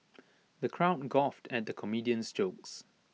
the crowd guffawed at the comedian's jokes